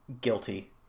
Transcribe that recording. Guilty